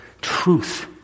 truth